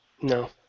No